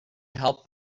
help